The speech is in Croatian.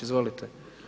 Izvolite!